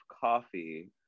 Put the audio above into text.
coffee